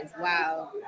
Wow